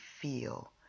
feel